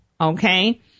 okay